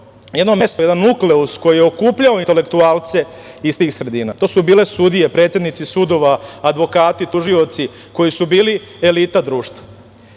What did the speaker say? jedno mesto, jedan nukleus koji je okupljao intelektualce iz tih sredina. To su bile sudije, predsednici sudova, advokati, tužioci koji su bili elita društva. Na